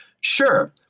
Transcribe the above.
Sure